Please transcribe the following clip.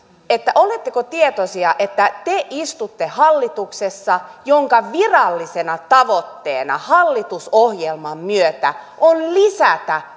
oletteko tietoisia että te istutte hallituksessa jonka virallisena tavoitteena hallitusohjelman myötä on lisätä